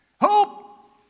Hope